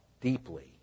deeply